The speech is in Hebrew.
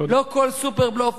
לא כל סופר-בלוף,